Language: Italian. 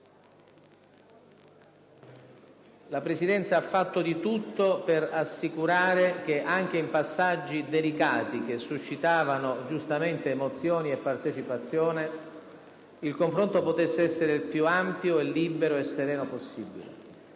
La Presidenza ha fatto di tutto per assicurare che anche in passaggi delicati, che suscitavano giustamente emozioni e partecipazioni, il confronto potesse essere più ampio, libero e sereno possibile.